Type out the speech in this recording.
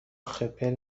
خپل